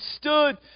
stood